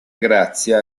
grazia